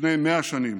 לפני 100 שנים.